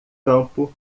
campo